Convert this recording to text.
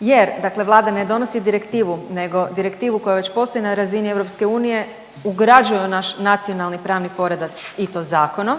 jer dakle Vlada ne donosi direktivu nego direktivu koja već postoji na razini EU, ugrađuje u naš nacionalni pravni poredak i to zakonom,